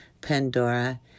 Pandora